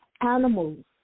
Animals